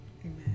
Amen